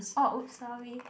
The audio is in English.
oh sorry